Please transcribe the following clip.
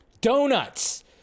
Donuts